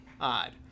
odd